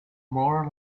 more